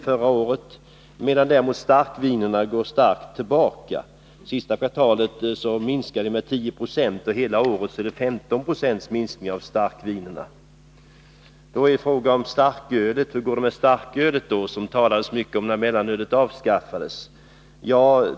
Försäljningen av starkvin går däremot kraftigt tillbaka. Sista kvartalet 1981 minskade försäljningen med 10 26 och för hela året är det 15 26 minskning i fråga om starkvinerna. Hur går det med starkölet då, som det talades så mycket om när mellanölet avskaffades?